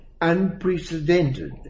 unprecedented